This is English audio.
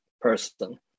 person